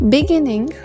Beginning